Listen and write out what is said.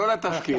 לא לתפקיד.